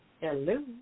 Hello